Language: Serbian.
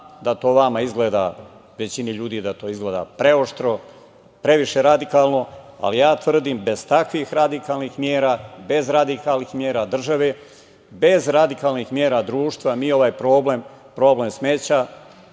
da to vama izgleda, većini ljudi da to izgleda preoštro, previše radikalno, ali tvrdim da bez takvih radikalnih mera, bez radikalnih mera države, bez radikalnih mera društva mi ovaj problem, problem smeća,